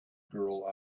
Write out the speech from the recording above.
girl